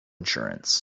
insurance